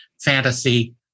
fantasy